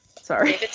Sorry